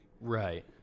right